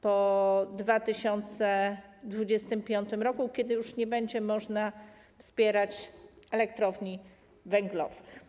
po 2025 r., kiedy już nie będzie można wspierać elektrowni węglowych.